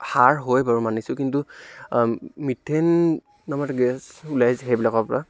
সাৰ হয় বাৰু মানিছোঁ কিন্তু মিথেন নামৰ এটা গেছ ওলায় সেইবিলাকৰ পৰা